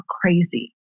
crazy